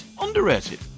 underrated